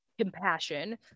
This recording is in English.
compassion